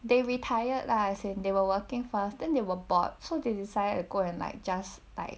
they retired lah as in they were working first then they were bored so they decide to go and like just 带